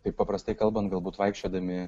taip paprastai kalbant galbūt vaikščiodami